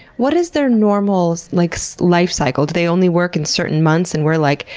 what is their normal like so life cycle? do they only work in certain months and we're like,